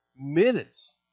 minutes